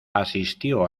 asistió